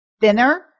Thinner